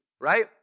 right